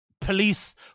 police